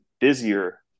busier